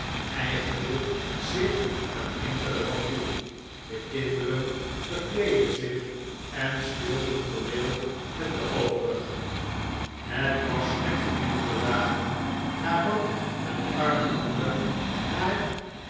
eigende zich er enkele van toe de kinderen verkleedden zich en speelden tooneel met de overige het was slechts enkele dagen nadat hun arme moeder naar